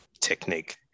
technique